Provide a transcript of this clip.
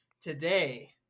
today